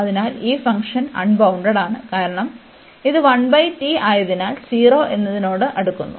അതിനാൽ ഈ ഫംഗ്ഷൻ അൺബൌണ്ടഡ്ഡാണ് കാരണം ഇത് ആയതിനാൽ 0 എന്നതിനോട് അടുക്കുന്നു